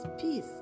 peace